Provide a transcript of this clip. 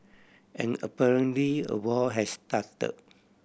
and apparently a war has start